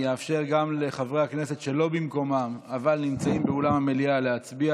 אני אאפשר גם לחברי הכנסת שלא במקומם אבל נמצאים באולם המליאה להצביע.